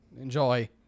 enjoy